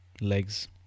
legs